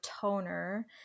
toner